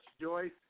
Joyce